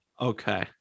Okay